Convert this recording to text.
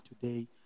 today